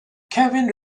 kevin